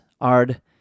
Ard